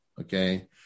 okay